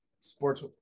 sports